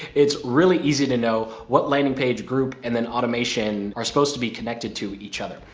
it's really easy to know what landing page group and then automation are supposed to be connected to each other.